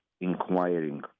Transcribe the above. inquiring